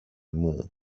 moo